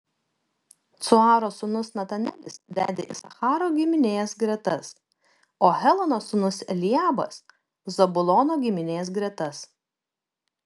cuaro sūnus netanelis vedė isacharo giminės gretas o helono sūnus eliabas zabulono giminės gretas